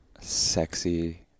sexy